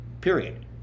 Period